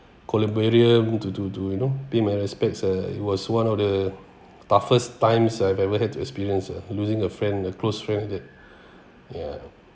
to to to you know pay my respects uh it was one of the toughest times I've ever had experience ah losing a friend a close friend that ya